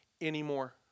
Anymore